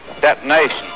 detonation